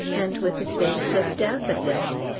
and with a vase of daffodils!